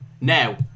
Now